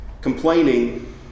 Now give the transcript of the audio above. complaining